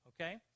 okay